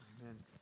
amen